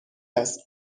است